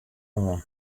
oan